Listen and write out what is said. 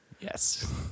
Yes